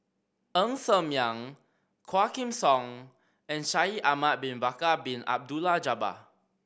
Ng Ser Miang Quah Kim Song and Shaikh Ahmad Bin Bakar Bin Abdullah Jabbar